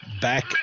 back